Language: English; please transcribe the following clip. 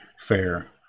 fair